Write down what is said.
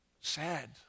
sad